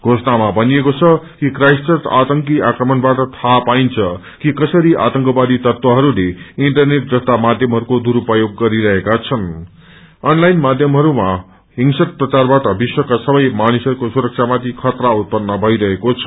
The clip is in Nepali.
घोषणामा भनिएको छ कि क्राईस्टचर्च आतंकी क्राईसट आक्रमणबाट थाह पाइन्छ कि कसरी आतंकी तत्वहरूले इन्टरनेट जस्ता माध्यमहयको दुरूप्यो गरिरहेका छन् अनलाईन माध्यमहरूमा हिंसक प्रचारबाट विश्वका सबै मानिसहरूको सुरक्षामाथि खतरा उत्पन्न भइरहेको छ